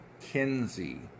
Kinsey